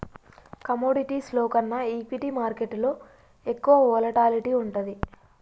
కమోడిటీస్లో కన్నా ఈక్విటీ మార్కెట్టులో ఎక్కువ వోలటాలిటీ వుంటది